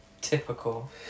Typical